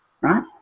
right